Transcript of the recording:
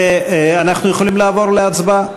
אנחנו יכולים לעבור להצבעה.